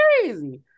crazy